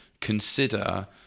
consider